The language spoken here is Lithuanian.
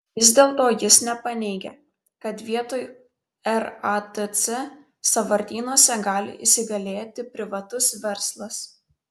vis dėlto jis nepaneigė kad vietoj ratc sąvartynuose gali įsigalėti privatus verslas